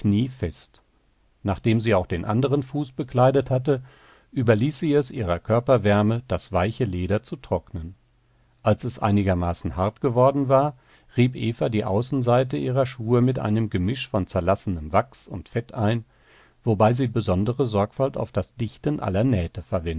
fest nachdem sie auch den anderen fuß bekleidet hatte überließ sie es ihrer körperwärme das weiche leder zu trocknen als es einigermaßen hart geworden war rieb eva die außenseite ihrer schuhe mit einem gemisch von zerlassenem wachs und fett ein wobei sie besondere sorgfalt auf das dichten aller nähte